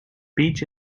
beach